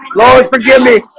lord forgive me